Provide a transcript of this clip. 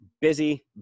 Busy